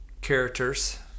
characters